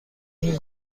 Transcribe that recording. این